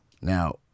Now